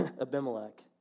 Abimelech